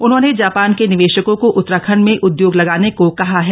उन्होंने जापान के निवे ाकों को उत्तराखंड में उद्योग लगाने को कहा है